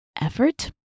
effort